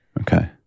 okay